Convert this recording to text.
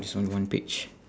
this one one page